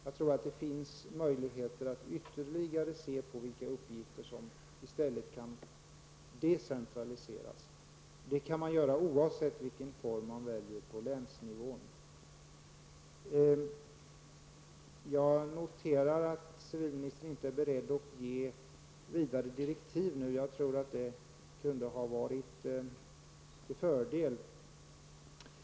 Jag tror att det finns möjligheter att ytterligare decentralisera vissa uppgifter. Det går att göra oavsett vilken form man väljer på länsnivån. Jag noterar att civilministern inte är beredd att ge vidare direktiv nu. Jag tror att det hade varit till fördel.